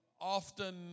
often